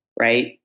right